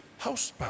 housebound